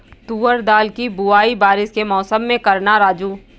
तुवर दाल की बुआई बारिश के मौसम में करना राजू